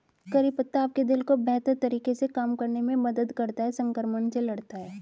करी पत्ता आपके दिल को बेहतर तरीके से काम करने में मदद करता है, संक्रमण से लड़ता है